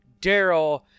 Daryl